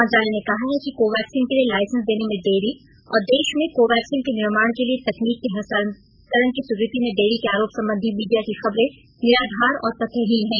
मंत्रालय ने कहा है कि कोवैक्सीन के लिए लाइसेंस देने में देरी और देश में कोवैक्सीन के निर्माण के लिए तकनीक के हस्तांतरण की स्वीकृति में देरी के आरोप संबंधी मीडिया की खबरें निराधार और तथ्यहीन हैं